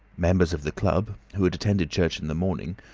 members of the club, who had attended church in the morning,